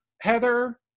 Heather